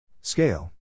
Scale